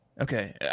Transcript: Okay